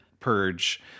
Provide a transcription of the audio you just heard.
purge